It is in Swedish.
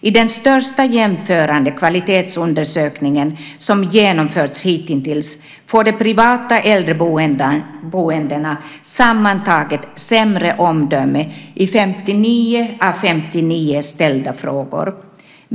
I den största jämförande kvalitetsundersökning som genomförts hitintills får de privata äldreboendena sammantaget sämre omdöme i 59 av 59 ställda frågor.